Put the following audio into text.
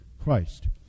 Christ